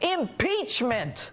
Impeachment